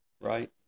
right